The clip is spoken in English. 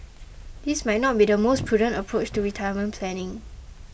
this might not be the most prudent approach to retirement planning